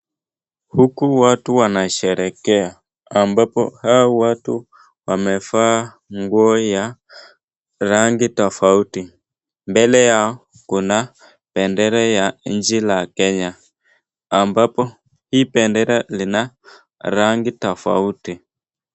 Huku watu wanasherekea ambapo hao watu wamevaa nguo ya rangi tafauti. Mbele yao kuna bendera ya inchi la Kenya, ambapo hii bendera lina rangi tafauti.